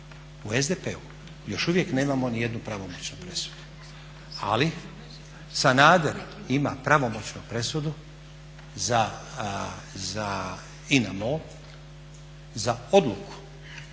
O SDP-u još uvijek nemamo ni jednu pravomoćnu presudu. Ali Sanader ima pravomoćnu presudu za INA MOL, za odluku